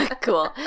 Cool